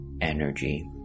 energy